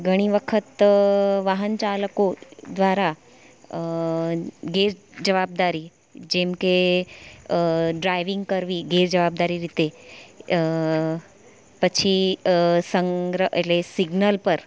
ઘણી વખત વાહન ચાલકો દ્વારા ગેર જવાબદારી જેમકે ડ્રાઇવિંગ કરવી ગેરજવાબદારી રીતે પછી સંગ્ર એટલે સિગ્નલ પર